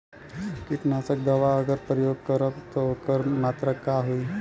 कीटनाशक दवा अगर प्रयोग करब त ओकर मात्रा का होई?